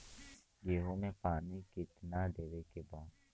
गेहूँ मे पानी कितनादेवे के बा?